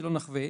שלא נחווה.